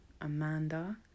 Amanda